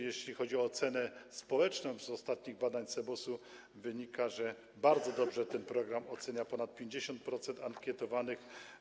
Jeśli chodzi o ocenę społeczną, to z ostatnich badań CBOS wynika, że bardzo dobrze ten program ocenia ponad 50% ankietowanych.